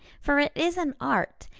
for it is an art,